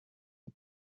the